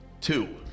Two